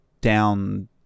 down